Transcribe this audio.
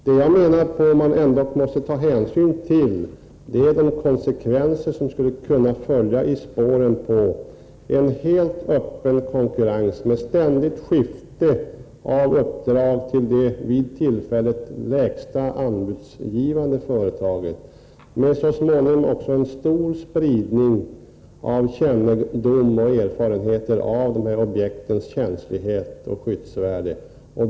Vad jag menar att man ändå måste ta hänsyn till är de konsekvenser som skulle kunna följa i spåren på en helt öppen konkurrens, med ständigt skifte av uppdrag till det företag som vid varje tillfälle ger det lägsta anbudet. Detta skulle så småningom medföra en stor spridning av kännedom om och erfarenheter av objektens känslighet och skyddsvärde.